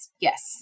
Yes